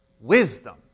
wisdom